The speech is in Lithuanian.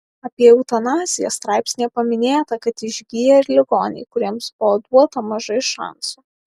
apie eutanaziją straipsnyje paminėta kad išgyja ir ligoniai kuriems buvo duota mažai šansų